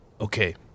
Okay